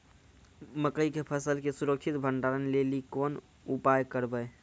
मकई के फसल के सुरक्षित भंडारण लेली कोंन उपाय करबै?